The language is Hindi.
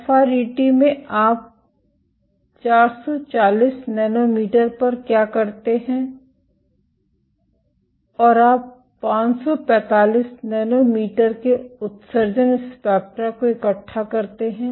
एफआरईटी में आप 440 नैनोमीटर पर क्या करते हैं और आप 545 नैनोमीटर के उत्सर्जन स्पेक्ट्रा को इकट्ठा करते हैं